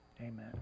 Amen